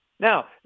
Now